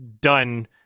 done